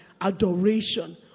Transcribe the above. adoration